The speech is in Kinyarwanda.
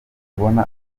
ubona